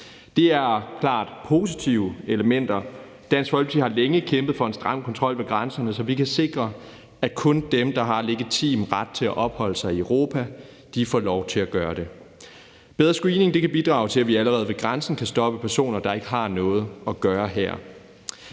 Det er klart positive elementer. Dansk Folkeparti har længe kæmpet for en stram kontrol ved grænsen, så vi kan sikre, at kun dem, der har legitim ret til at opholde sig i Europa, får lov til at gøre det. Bedre screening kan bidrage til, at vi allerede ved grænsen kan stoppe personer, der ikke har noget at gøre her.